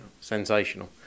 sensational